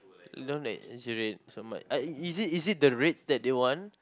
don't exaggerate so much is it is it the rages they want